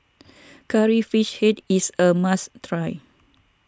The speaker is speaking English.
Curry Fish Head is a must try